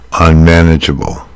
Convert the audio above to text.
unmanageable